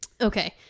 okay